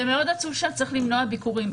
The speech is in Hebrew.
זה מאוד עצוב שצריך למנוע ביקורים,